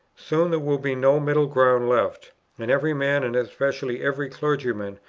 soon there will be no middle ground left and every man, and especially every clergyman,